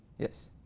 yes.